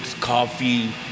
coffee